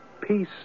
peace